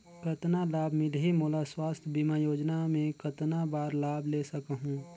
कतना लाभ मिलही मोला? स्वास्थ बीमा योजना मे कतना बार लाभ ले सकहूँ?